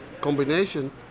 Combination